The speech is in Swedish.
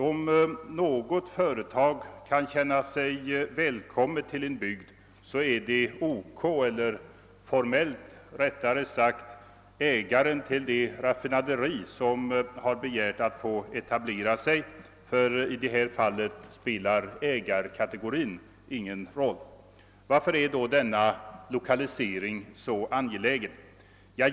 Om något företag kan känna sig välkommet till en bygd, så är det OK eller formellt rättare sagt ägaren till det” raffinaderi som har begärt att få etablera sig, ty i detta fall spelar ägarkategorin ingen roll. Varför är då denna lokalisering så angelägen?